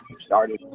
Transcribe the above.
Started